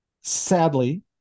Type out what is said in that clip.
Sadly